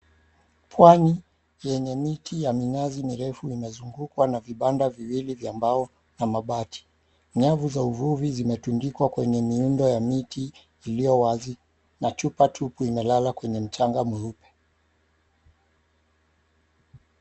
Pwani yenye miti ya minazi mirefu imezungukwa na vibanda viwili vya mbao na mabati. Nyavu za uvuvi zimetundikwa kwenye miundo ya miti ilio wazi na chupa tupu imelala kwenye mchanga mweupe.